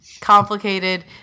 complicated